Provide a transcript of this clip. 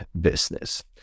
business